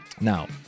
Now